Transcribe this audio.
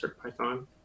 Python